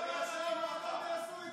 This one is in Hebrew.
מה זה אתה לא יכול?